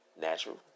natural